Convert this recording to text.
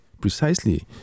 Precisely